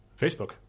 Facebook